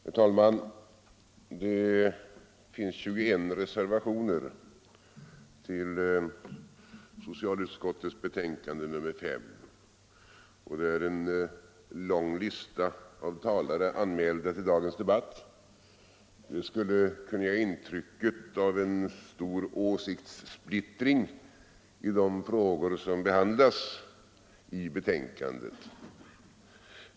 Herr talman! Det finns 21 reservationer till socialutskottets betänkande nr 5, och en lång rad talare har anmält sig till dagens debatt. Det kunde ge intryck av stor åsiktssplittring i de frågor som behandlas i betänkandet.